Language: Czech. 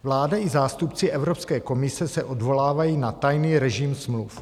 Vláda i zástupci Evropské komise se odvolávají na tajný režim smluv.